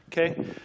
okay